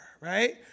right